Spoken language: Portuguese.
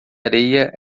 areia